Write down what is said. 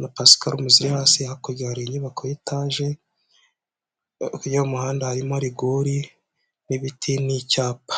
na pasiparume ziri hasi. Hakurya hari inyubako y'itaje hakurya y'umuhanda harimo rigori n'ibiti n'icyapa